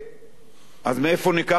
אז מאיפה ניקח את התקציבים,